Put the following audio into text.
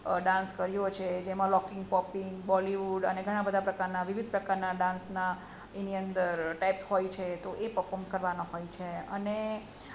dance કર્યો છે જેમાં લોકીંગ પોપિંગ બોલીવૂડ અને ઘણા બધા પ્રકાર વિવિધ પ્રકારના ડાન્સના એની અંદર ટાઈપ્સ હોય છે તો એ પફોમ કરવાનું હોય છે અને